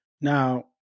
Now